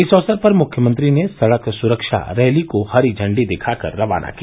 इस अवसर पर मुख्यमंत्री ने सड़क सुरक्षा रैली को हरी झंडी दिखाकर रवाना किया